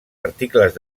articles